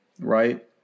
right